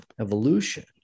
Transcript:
evolution